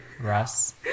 Russ